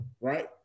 right